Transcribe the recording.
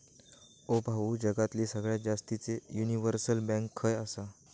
ओ भाऊ, जगातली सगळ्यात जास्तीचे युनिव्हर्सल बँक खय आसा